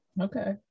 Okay